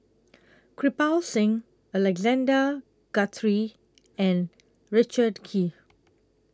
Kirpal Singh Alexander Guthrie and Richard Kee